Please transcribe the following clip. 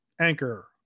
anchor